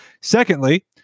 Secondly